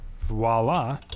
voila